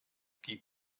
die